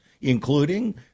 including